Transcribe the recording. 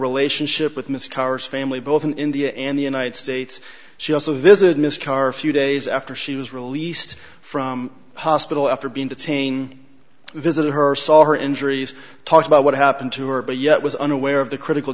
relationship with mr karr's family both in india and the united states she also visited miss carr a few days after she was released from hospital after being detained visited her saw her injuries talked about what happened to her but yet was unaware of the critical